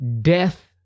death